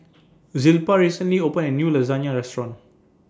Zilpah recently opened A New Lasagne Restaurant